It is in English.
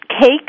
cake